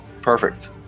Perfect